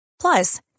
Plus